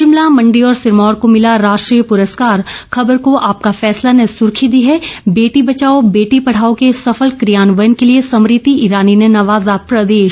शिमला मंडी और सिरमौर को मिला राष्ट्रीय पुरस्कार खबर को आपका फैसला ने सुर्खी दी है बेटी बचाओ बेटी पढ़ाओ के सफल कियान्वयन के लिए स्मृति ईरानी ने नवाजा प्रदेश